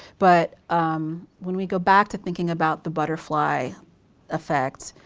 but when we go back to thinking about the butterfly effect